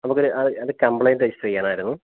നമുക്കൊര് അത് അത് complaint register ചെയ്യാനായിരുന്നു